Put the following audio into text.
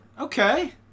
Okay